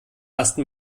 ersten